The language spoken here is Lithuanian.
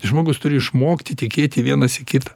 žmogus turi išmokti tikėti vienas į kitą